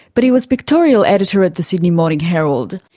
but he was pictorial editor at the sydney morning herald.